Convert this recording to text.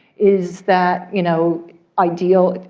is that you know ideal?